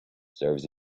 serves